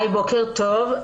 בוקר טוב,